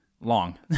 long